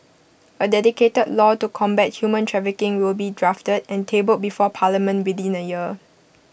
A dedicated law to combat human trafficking will be drafted and tabled before parliament within A year